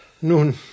Nun